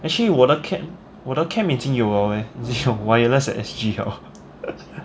actually 我的 camp 我的 camp 已近有了 leh 已近有 Wireless@SG 了